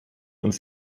uns